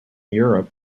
europe